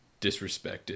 disrespected